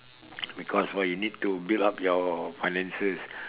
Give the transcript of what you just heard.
because why you need to build up your finances